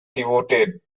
devoted